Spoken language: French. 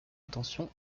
attention